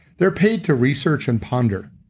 they're paid to research and ponder.